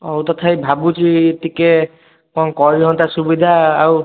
ହଉ ତଥାପି ଭାବୁଛି ଟିକିଏ କ'ଣ କରିହୁଅନ୍ତା ସୁବିଧା ଆଉ